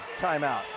Timeout